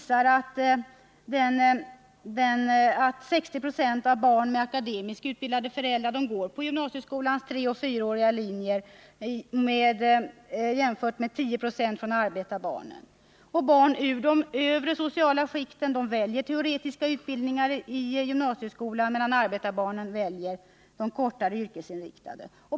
60 20 av barn med akademiskt utbildade föräldrar går på gymnasieskolans 3 och 4-åriga linjer, medan bara 1090 av arbetarbarnen gör det. Barn till de övre sociala skikten väljer teoretiska utbildningar i gymnasieskolan, medan arbetarbarnen väljer de kortare, yrkesinriktade.